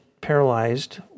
paralyzed